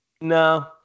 No